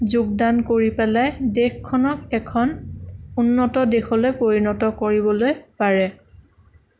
যোগদান কৰি পেলাই দেশখনক এখন উন্নত দেশলৈ পৰিণত কৰিবলৈ পাৰে